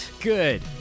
good